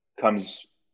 comes